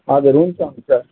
हजुर हुन्छ हुन्छ